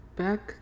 back